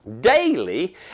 daily